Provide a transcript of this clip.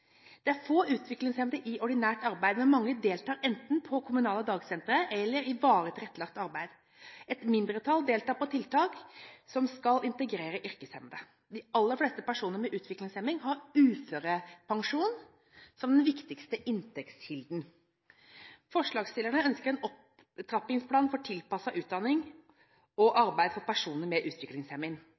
Det er få utviklingshemmede i ordinært arbeid, men mange deltar enten på kommunale dagsenter eller i varig tilrettelagt arbeid. Et mindretall deltar på tiltak som skal integrere yrkeshemmede. De aller fleste personer med utviklingshemning har uførepensjon som den viktigste inntektskilden. Forslagstillerne ønsker en opptrappingsplan for tilpasset utdanning og arbeid for personer med